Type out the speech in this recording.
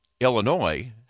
Illinois